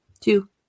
Two